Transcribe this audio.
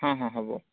ହଁ ହଁ ହେବ